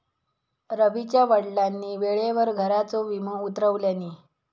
रवीच्या वडिलांनी वेळेवर घराचा विमो उतरवल्यानी